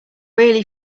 really